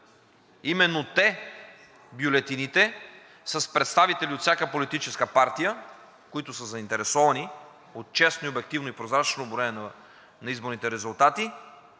да броят бюлетините с представители от всяка политическа партия, които са заинтересовани от честно, обективно и прозрачно броене на изборните резултати,